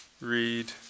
read